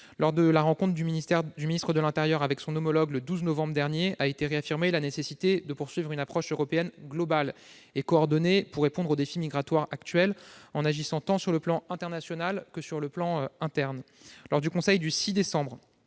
Lors de la rencontre du ministre de l'intérieur avec son homologue espagnol, le 12 novembre dernier, a été réaffirmée la nécessité de poursuivre une approche européenne globale et coordonnée pour répondre aux défis migratoires actuels, en agissant sur le plan tant international qu'interne. Lors du conseil européen du 6 décembre